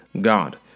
God